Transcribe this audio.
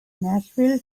nashville